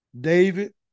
David